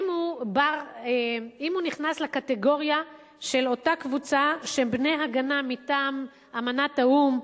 אם הוא נכנס לקטגוריה של אותה קבוצה שהם בני-הגנה מטעם אמנת האו"ם,